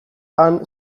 han